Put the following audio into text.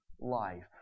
life